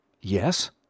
Yes